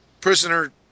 prisoner